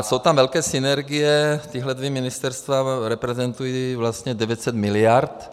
Jsou tam velké synergie, tato dvě ministerstva reprezentují vlastně 900 miliard.